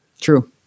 true